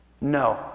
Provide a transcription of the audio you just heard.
No